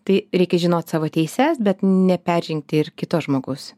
tai reikia žinot savo teises bet neperžengti ir kito žmogus